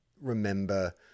remember